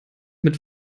mit